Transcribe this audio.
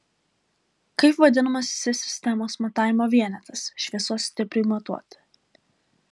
kaip vadinamas si sistemos matavimo vienetas šviesos stipriui matuoti